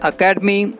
Academy